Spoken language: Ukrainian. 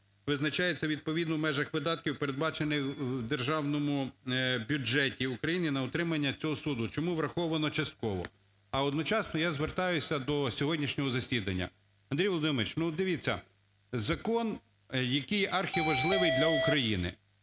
визначається відповідно в межах видатків, передбачених в Державному бюджеті України на утримання цього суду. Чому враховано частково? А одночасно я звертаюся до сьогоднішнього засідання. Андрій Володимировичу, ну от дивіться, закон, який архиважливий для України.